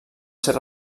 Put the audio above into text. ser